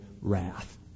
wrath